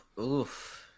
Oof